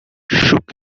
shook